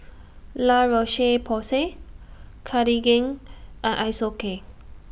La Roche Porsay Cartigain and Isocal